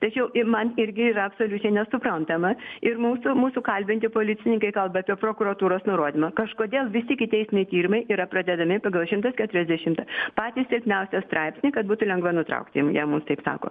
tačiau ir man irgi yra absoliučiai nesuprantama ir mūsų mūsų kalbinti policininkai kalba apie prokuratūros nurodymą kažkodėl visi ikiteisminiai tyrimai yra pradedami pagal šimtas keturiasdešimtą patį silpniausią straipsnį kad būtų lengva nutraukti jie jie mum taip sako